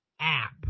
app